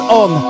on